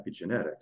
epigenetics